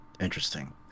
interesting